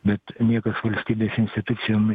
bet niekas valstybės institucijom